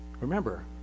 Remember